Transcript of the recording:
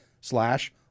slash